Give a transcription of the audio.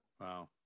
Wow